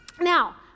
Now